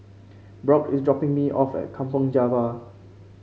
Brock is dropping me off at Kampong Java